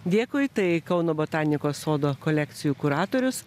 dėkui tai kauno botanikos sodo kolekcijų kuratorius